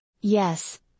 Yes